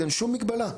אין שום מגבלה.